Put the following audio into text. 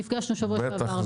נפגשנו בשבוע שעבר וראינו.